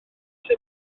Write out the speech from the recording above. hyn